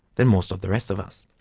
than most of the rest of us.